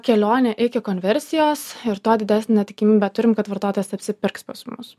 kelionę iki konversijos ir tuo didesnę tikimybę turime kad vartotojas apsipirks pas mus